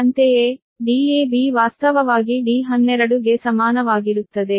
ಅಂತೆಯೇ Dab ವಾಸ್ತವವಾಗಿ D12 ಗೆ ಸಮಾನವಾಗಿರುತ್ತದೆ